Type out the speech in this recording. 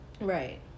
right